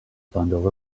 bundle